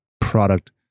product